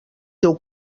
teu